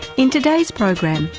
in today's program,